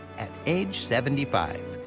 at age seventy five,